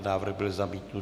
Návrh byl zamítnut.